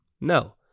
No